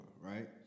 right